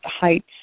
heights